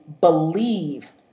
believe